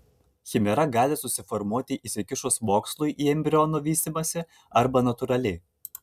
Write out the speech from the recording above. chimera gali susiformuoti įsikišus mokslui į embriono vystymąsi arba natūraliai